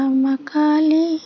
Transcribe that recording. makali